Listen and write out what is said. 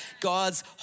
God's